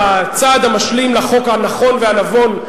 הצעד המשלים לחוק הנכון והנבון,